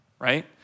right